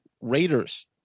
Raiders